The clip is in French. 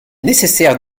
nécessaire